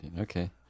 okay